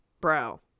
bro